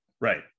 right